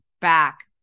back